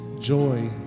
joy